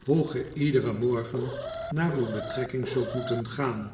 hoe ge iederen morgen naar uw betrekking zult moeten gaan